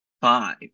five